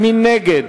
מי נגד?